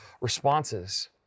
responses